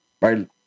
right